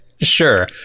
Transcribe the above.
Sure